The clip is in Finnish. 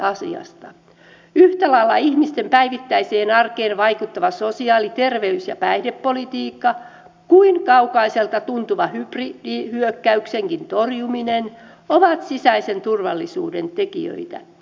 yhtä lailla ihmisten päivittäiseen arkeen vaikuttava sosiaali terveys ja päihdepolitiikka kuin kaukaiselta tuntuva hybridihyökkäyksenkin torjuminen ovat sisäisen turvallisuuden tekijöitä